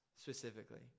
specifically